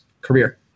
career